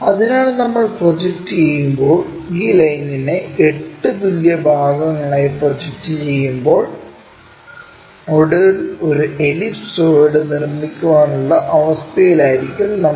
അതിനാൽ നമ്മൾ പ്രൊജക്റ്റ് ചെയ്യുമ്പോൾ ഈ ലൈനിനെ 8 തുല്യ ഭാഗങ്ങളായി പ്രൊജക്റ്റുചെയ്യുമ്പോൾ ഒടുവിൽ ഒരു എലിപ്സോയിഡ് നിർമ്മിക്കാനുള്ള അവസ്ഥയിലായിരിക്കും നമ്മൾ